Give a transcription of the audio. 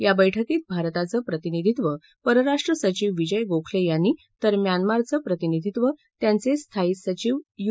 या बैठकीत भारताचं प्रतिनिधीत्व परराष्ट्र सविव विजय गोखले यांनी तर म्यानमारचं प्रतिनिधीत्व त्यांचे स्थायी सविव यु